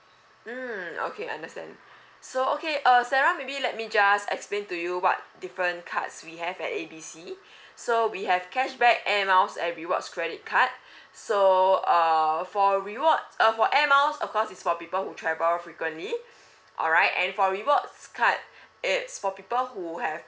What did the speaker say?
mm okay understand so okay uh sarah maybe let me just explain to you what different cards we have at A B C so we have cashback air miles and rewards credit card so uh for rewards uh for air miles of course it's for people who travel frequently alright and for rewards card it's for people who have